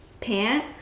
pant